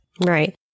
Right